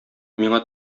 миңа